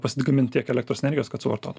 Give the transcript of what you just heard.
pasigamint tiek elektros energijos kad suvartot